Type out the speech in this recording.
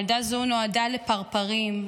"ילדה זו נועדה לפרפרים,